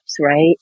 right